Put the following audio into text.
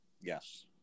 Yes